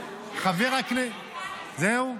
זהו?